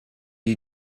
you